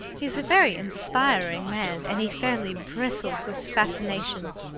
he's a very inspiring man, and he fairly bristles with fascinations.